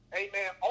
amen